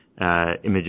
images